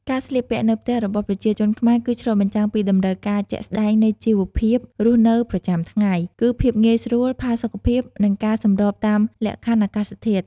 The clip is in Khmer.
ការស្លៀកពាក់នៅផ្ទះរបស់ប្រជាជនខ្មែរគឺឆ្លុះបញ្ចាំងពីតម្រូវការជាក់ស្តែងនៃជីវភាពរស់នៅប្រចាំថ្ងៃ គឺភាពងាយស្រួល ផាសុកភាព និងការសម្របតាមលក្ខខណ្ឌអាកាសធាតុ។